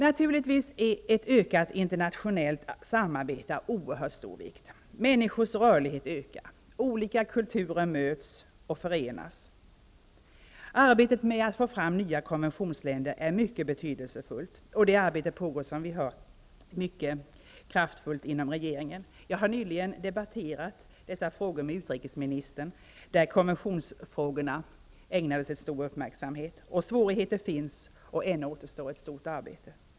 Naturligtvis är ett ökat internationellt samarbete av oerhört stor vikt. Människors rörlighet ökar. Olika kulturer möts och förenas. Arbetet med att få fram nya konventionsländer är mycket betydelsefullt, och det arbetet pågår som vi hört mycket kraftfullt inom regeringen. Jag har nyligen debatterat dessa frågor med utrikesministern, varvid konventionsfrågorna ägnades stor uppmärksamhet. Svårigheter finns och ännu återstår ett stort arbete.